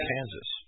Kansas